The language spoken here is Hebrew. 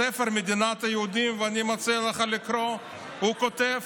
בספר מדינת היהודים, ואני מציע לך לקרוא, הוא כתב: